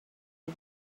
you